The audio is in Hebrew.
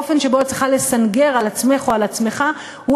האופן שבו את צריכה לסנגר על עצמך או על עצמךָ הוא